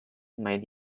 might